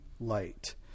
light